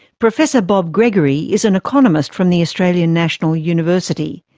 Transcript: professor bob gregory is an economist from the australian national university.